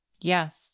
Yes